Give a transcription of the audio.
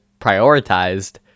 prioritized